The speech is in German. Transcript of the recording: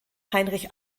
heinrich